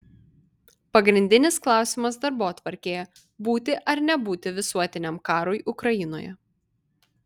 pagrindinis klausimas darbotvarkėje būti ar nebūti visuotiniam karui ukrainoje